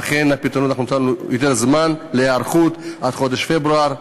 ואכן, נתנו יותר זמן להיערכות, עד חודש פברואר,